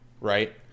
Right